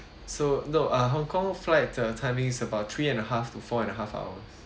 so no uh hong kong flight uh timing is about three and a half to four and a half hours